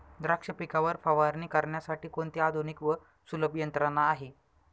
द्राक्ष पिकावर फवारणी करण्यासाठी कोणती आधुनिक व सुलभ यंत्रणा आहे?